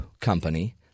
company